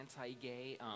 Anti-Gay